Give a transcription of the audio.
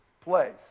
place